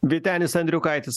vytenis andriukaitis